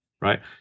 right